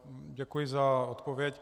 Děkuji za odpověď.